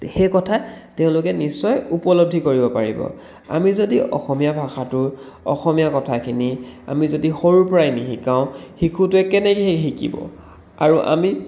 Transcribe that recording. সেই কথা তেওঁলোকে নিশ্চয় উপলব্ধি কৰিব পাৰিব আমি যদি অসমীয়া ভাষাটো অসমীয়া কথাখিনি আমি যদি সৰুৰ পৰাই নিশিকাওঁ শিশুটোৱে কেনেকৈ শিকিব আৰু আমি